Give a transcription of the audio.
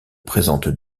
présentent